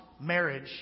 marriage